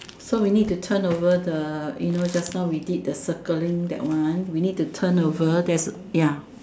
so we need turn over the you know just now we did the circling that one we need to turn over there's ya